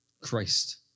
Christ